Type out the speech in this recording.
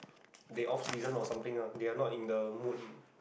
they off season or something ah they are not in the mood